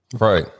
Right